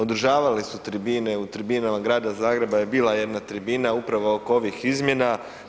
Održavali su tribine, u tribinama grada Zagreba je bila jedna tribina upravo oko ovih izmjena.